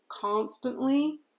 constantly